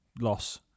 loss